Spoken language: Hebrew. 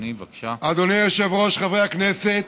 אסון כבד מאוד, חלילה, ייגרם בצפון כתוצאה